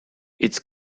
its